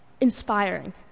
inspiring